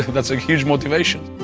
that's a huge motivation!